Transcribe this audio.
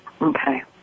Okay